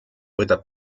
võtab